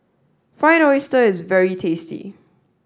Fried Oyster is very tasty